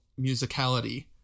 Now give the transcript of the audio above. musicality